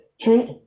treat